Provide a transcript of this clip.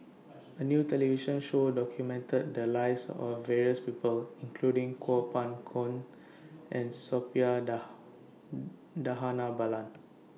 A New television Show documented The Lives of various People including Kuo Pao Kun and Suppiah Dhanabalan